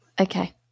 Okay